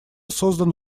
создан